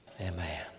Amen